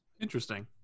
interesting